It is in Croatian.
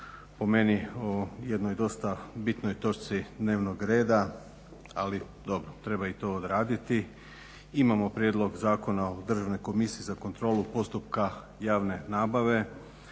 po meni o jednoj dosta bitnoj točci dnevnog reda ali dobro, treba i to odraditi. Imamo prijedlog zakona o Državnoj komisiji za kontrolu postupaka javne nabave.